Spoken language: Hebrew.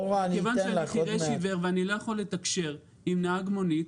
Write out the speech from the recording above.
מכיוון שאני חירש עיוור ואני לא יכול לתקשר עם נהג מונית